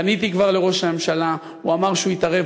פניתי כבר לראש הממשלה, הוא אמר שהוא יתערב.